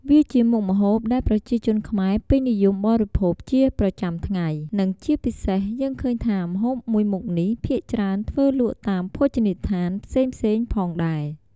វាជាមុខម្ហូបដែលប្រជាជនខ្មែរពេញនិយមបរិភោគជាប្រចាំថ្ងៃ និងជាពិសេសយើងឃើញថាម្ហូបមួយមុខនេះភាគច្រើនធ្វើលក់តាមភោជនីយដ្ឋានផ្សេងៗផងដែរ។